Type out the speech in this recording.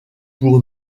pour